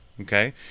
Okay